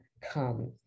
come